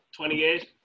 28